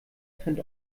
trennt